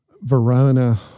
verona